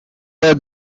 the